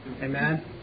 Amen